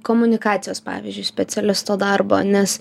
komunikacijos pavyzdžiui specialisto darbo nes